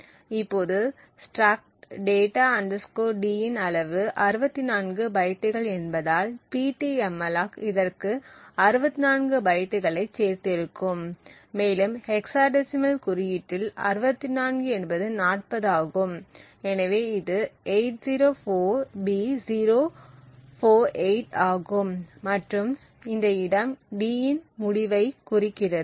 இப்போது struct data T இன் அளவு 64 பைட்டுகள் என்பதால் Ptmalloc இதற்கு 64 பைட்டுகளைச் சேர்த்திருக்கும் மேலும் ஹெக்ஸாடெசிமல் குறியீட்டில் 64 என்பது 40 ஆகும் எனவே இது 804B048 ஆகும் மற்றும் இந்த இடம் d இன் முடிவைக் குறிக்கிறது